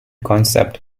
concept